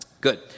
Good